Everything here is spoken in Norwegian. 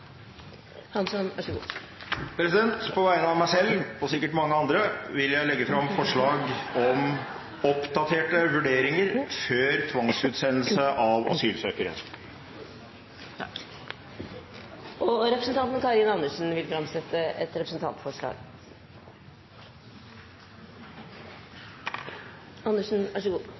På vegne av meg selv – og sikkert mange andre – vil jeg legge fram forslag om å innføre oppdaterte vurderinger før tvangsutsendelse av asylsøkere. Representanten Karin Andersen vil framsette to representantforslag. Jeg vil gjerne framsette to forslag, et representantforslag